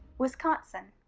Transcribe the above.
wisconsin,